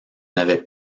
n’avait